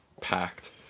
packed